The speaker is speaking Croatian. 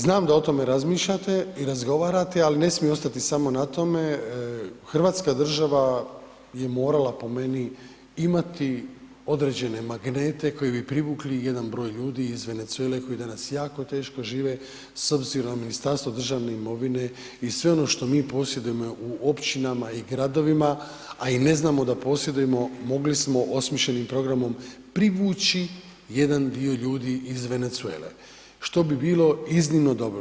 Znam da o tome razmišljate i razgovarate, ali ne smije ostati samo na tome, hrvatska država je morala po meni imati određene magnete koji bi privukli jedan broj ljudi iz Venezuele koji danas jako teško žive s obzirom na Ministarstvo državne imovine i sve ono što mi posjedujemo je u općinama i gradovima, a i ne znamo da posjedujemo, mogli smo osmišljenim programom privući jedan dio ljudi iz Venezuele, što bi bilo iznimno dobro.